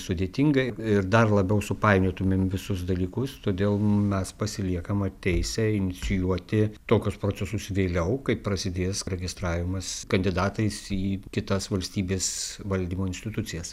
sudėtingai ir dar labiau supainiotumėm visus dalykus todėl mes pasiliekama teisė inicijuoti tokius procesus vėliau kai prasidės registravimas kandidatais į kitas valstybės valdymo institucijas